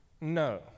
No